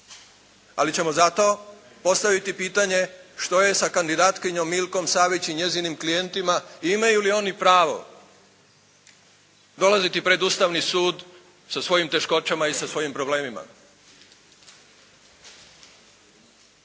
Ali ćemo zato postaviti pitanje što je sa kandidatkinjom Milkom Savić i njezinim klijentima. Imaju li oni pravo dolaziti pred Ustavni sud sa svojim teškoćama i sa svojim problemima.